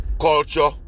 Culture